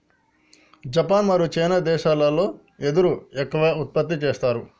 Japan మరియు China దేశాలల్లో వెదురు ఎక్కువ ఉత్పత్తి చేస్తారు